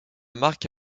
marque